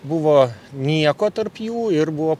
buvo nieko tarp jų ir buvo